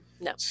No